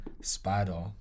spider